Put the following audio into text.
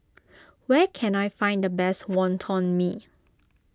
where can I find the best Wonton Mee